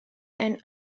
and